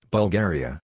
Bulgaria